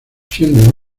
siendo